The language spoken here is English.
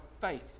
faith